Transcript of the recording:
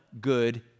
good